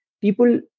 people